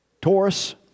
Taurus